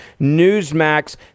Newsmax